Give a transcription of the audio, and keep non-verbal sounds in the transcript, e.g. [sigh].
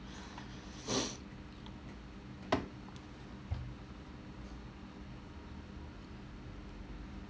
[breath]